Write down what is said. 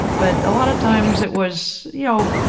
but a lot of times it was, you know,